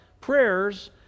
prayers